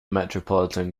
metropolitan